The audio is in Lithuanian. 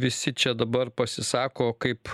visi čia dabar pasisako kaip